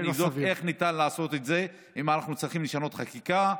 ואני אבדוק איך ניתן לעשות את זה ואם אנחנו צריכים לשנות חקיקה.